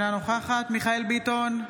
אינה נוכחת מיכאל מרדכי ביטון,